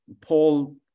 Paul